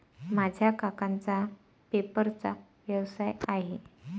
माझ्या काकांचा पेपरचा व्यवसाय आहे